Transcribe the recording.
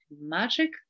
Magic